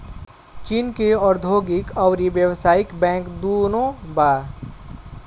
चीन के औधोगिक अउरी व्यावसायिक बैंक दुनो बा